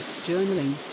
journaling